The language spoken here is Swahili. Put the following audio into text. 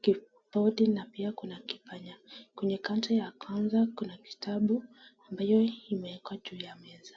kibodi na pia kuna kipanya. Kwenye kaunta ya kwaza kuna vitabu ambayo imeekwa juu ya meza.